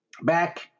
back